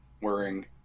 wearing